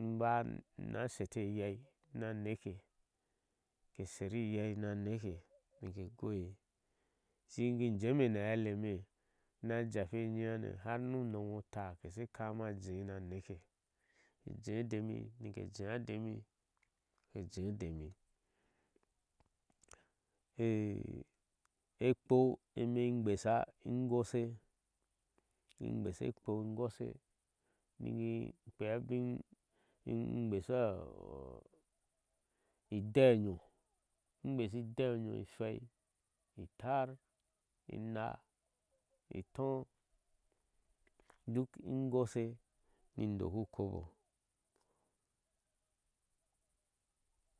in báá na sheyi eyeei na neke na shete yesi na neke ishikin jeene ni a heeleme na jebi enyehane har toŋu unomŋe utááye keshe kamina jeen na neke, ke jee udemi nike jeea udemi nike jee demi. ekpou eme gbesa, ime in goshe in gbeshe ekpou in goshe, nikin kpea abin, ingbesha ideei enyoh in gbeshi ideeie inyoh ihwei háár ináá itɔɔ duk in goshe ni dokmu ukobo.